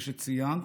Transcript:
כפי שציינת,